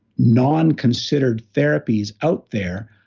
non-considered therapies out there.